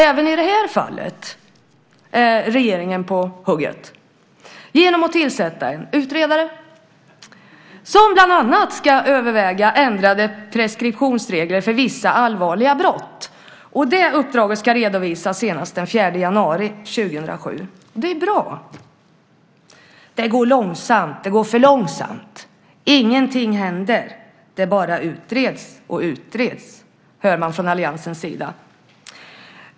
Även i det här fallet är regeringen på hugget genom att tillsätta en utredare, som bland annat ska överväga ändrade preskriptionsregler för vissa allvarliga brott. Uppdraget ska redovisas senast den 4 januari 2007. Det är bra. Det går för långsamt. Ingenting händer. Det bara utreds och utreds, hör man från alliansens sida.